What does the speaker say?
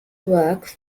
work